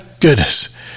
goodness